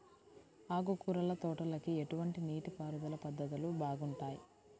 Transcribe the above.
ఆకుకూరల తోటలకి ఎటువంటి నీటిపారుదల పద్ధతులు బాగుంటాయ్?